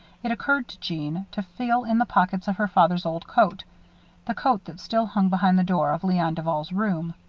it occurred to jeanne to feel in the pockets of her father's old coat the coat that still hung behind the door of leon duval's room.